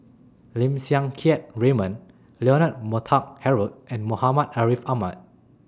Lim Siang Keat Raymond Leonard Montague Harrod and Muhammad Ariff Ahmad